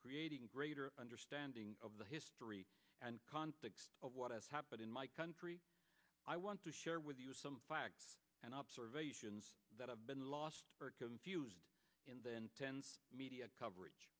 creating greater understanding of the history and context of what has happened in my country i want to share with you some facts and observations that have been lost in the intense media coverage